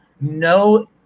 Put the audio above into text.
no